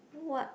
what